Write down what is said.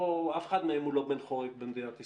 אף אחד מהם הוא לא בן חורג במדינת ישראל.